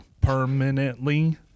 permanently